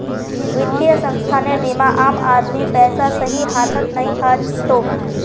वित्तीय संस्थानेर बिना आम आदमीर पैसा सही हाथत नइ ह तोक